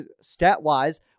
stat-wise